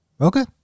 Okay